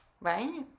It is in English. right